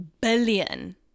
billion